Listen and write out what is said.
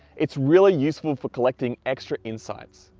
it's really useful for collecting extra insights.